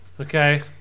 Okay